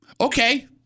Okay